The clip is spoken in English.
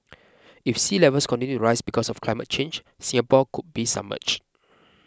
if sea levels continue rise because of climate change Singapore could be submerged